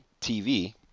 TV